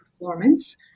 performance